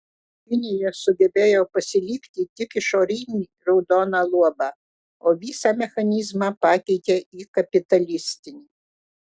kinija sugebėjo pasilikti tik išorinį raudoną luobą o visą mechanizmą pakeitė į kapitalistinį